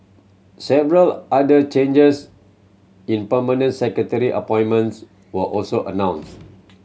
several other changes in permanent secretary appointments were also announced